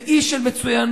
זה אי של מצוינות,